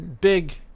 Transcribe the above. big